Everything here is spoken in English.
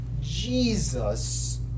Jesus